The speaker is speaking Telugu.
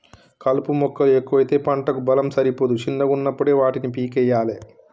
కలుపు మొక్కలు ఎక్కువైతే పంటకు బలం సరిపోదు శిన్నగున్నపుడే వాటిని పీకేయ్యలే